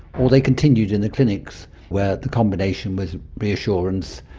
or they continued in the clinics where the combination was reassurance,